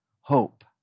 hope